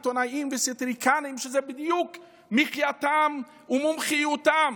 עיתונאים וסטיריקנים שזה בדיוק מחייתם ומומחיותם.